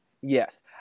Yes